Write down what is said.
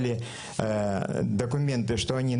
רק כדי לחדד לסיכום,